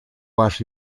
ваш